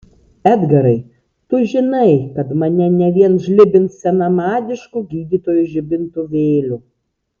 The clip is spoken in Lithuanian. edgarai tu žinai kad mane ne vien žlibins senamadišku gydytojų žibintuvėliu